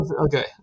okay